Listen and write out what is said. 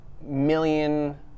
million